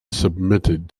submitted